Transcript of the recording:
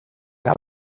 que